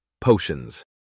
Potions